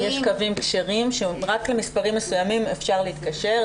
יש קווים כשרים שרק למספרים מסוימים אפשר להתקשר,